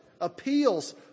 appeals